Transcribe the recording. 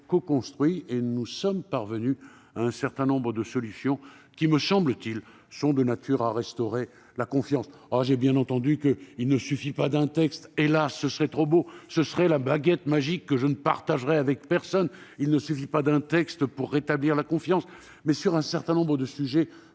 coconstruit le texte, et nous sommes parvenus à des solutions qui, me semble-t-il, sont de nature à restaurer la confiance. J'ai bien entendu qu'il ne suffit pas d'un texte, hélas ... Ce serait trop beau, ce serait la baguette magique que je ne partagerais avec personne ! Il ne suffit certes pas d'un texte pour rétablir la confiance, mais je voudrais revenir